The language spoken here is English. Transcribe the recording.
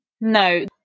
No